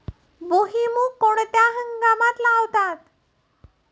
भुईमूग कोणत्या हंगामात लावतात?